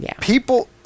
People